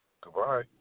Goodbye